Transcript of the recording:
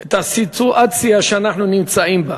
את הסיטואציה שאנחנו נמצאים בה.